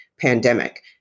pandemic